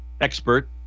expert